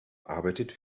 arbeitet